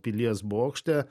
pilies bokšte